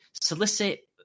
Solicit